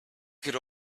could